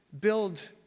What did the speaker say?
build